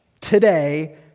today